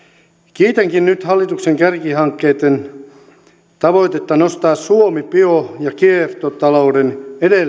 kiitänkin nyt hallituksen kärkihankkeitten tavoitetta nostaa suomi bio ja kiertotalouden